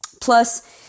Plus